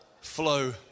Flow